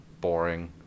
boring